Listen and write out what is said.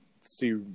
see